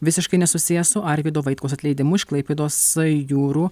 visiškai nesusiję su arvydo vaitkaus atleidimu iš klaipėdos jūrų